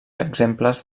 exemples